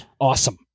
awesome